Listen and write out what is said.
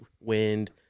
wind